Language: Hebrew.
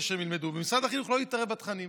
שהם ילמדו ושמשרד החינוך לא יתערב בתכנים.